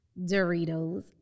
Doritos